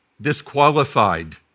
disqualified